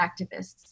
activists